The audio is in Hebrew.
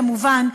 כמובן,